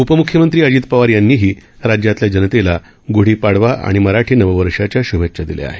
उपमुख्यमंत्री अजित पवार यांनीही राज्यातल्या जनतेला गुढीपाडवा आणि मराठी नववर्षाच्या श्भेच्छा दिल्या आहेत